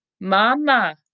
Mama